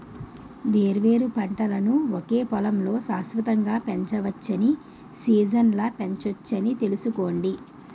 వేర్వేరు పంటలను ఒకే పొలంలో శాశ్వతంగా పెంచవచ్చని, సీజనల్గా పెంచొచ్చని తెలుసుకోండి